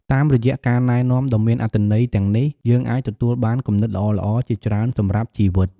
តាមរយៈការណែនាំដ៏មានអត្ថន័យទាំងនេះ យើងអាចទទួលបានគំនិតល្អៗជាច្រើនសម្រាប់ជីវិត។